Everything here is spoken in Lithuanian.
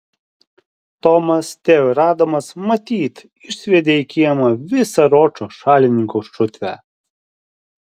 tomas teo ir adamas matyt išsviedė į kiemą visą ročo šalininkų šutvę